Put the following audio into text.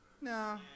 No